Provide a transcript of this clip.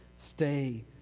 stay